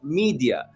media